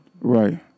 Right